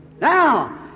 Now